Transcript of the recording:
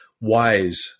wise